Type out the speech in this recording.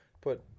Put